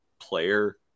player